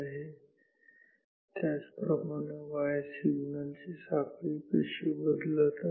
आणि त्याच प्रमाणे y सिग्नल ची साखळी कशी बदलत आहे